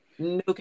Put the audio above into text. No